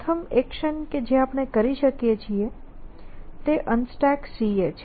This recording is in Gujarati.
પ્રથમ એક્શન કે જે આપણે કરી શકીએ છીએ તે UnstackCA છે